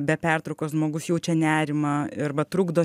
be pertraukos žmogus jaučia nerimą arba trukdo